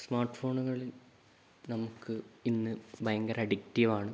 smart ഫോണുകളിൽ നമുക്ക് ഇന്ന് ഭയങ്കര അഡിക്ടറ്റീവാണ്